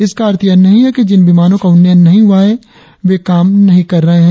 इसका अर्थ यह नहीं है कि जिन विमानों का उन्नयन नहीं हुआ है वे काम नहीं कर रहे है